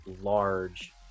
large